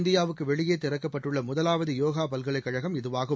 இந்தியாவுக்கு வெளியே திறக்கப்பட்டுள்ள முதலாவது யோகா பல்கலைக் கழகம் இதுவாகும்